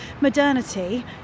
modernity